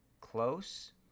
close